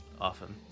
often